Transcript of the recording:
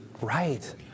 Right